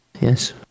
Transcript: Yes